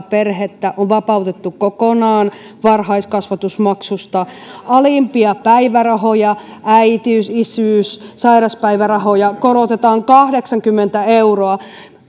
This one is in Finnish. perhettä on vapautettu kokonaan varhaiskasvatusmaksusta alimpia päivärahoja äitiys isyys ja sairaspäivärahoja korotetaan kahdeksankymmentä euroa